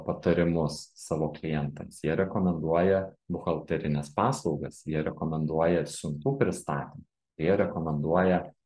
patarimus savo klientams jie rekomenduoja buhalterines paslaugas jie rekomenduoja siuntų pristatymą jie rekomenduoja